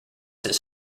his